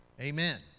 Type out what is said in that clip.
Amen